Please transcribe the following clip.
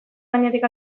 gainetik